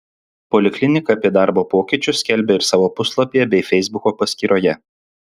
poliklinika apie darbo pokyčius skelbia ir savo puslapyje bei feisbuko paskyroje